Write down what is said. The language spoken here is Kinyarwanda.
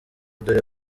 dore